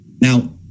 Now